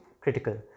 critical